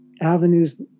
avenues